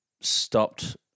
stopped